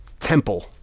Temple